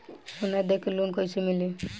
सोना दे के लोन कैसे मिली?